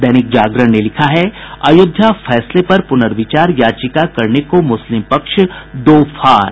दैनिक जागरण ने लिखा है अयोध्या फैसले पर पुनर्विचार याचिका करने को लेकर मुस्लिम पक्ष दो फाड़